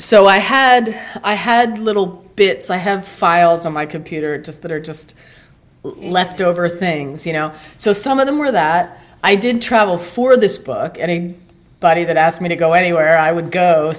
so i had i had little bits i have files on my computer just that are just left over things you know so some of them are that i did travel for this book any body that asked me to go anywhere i would go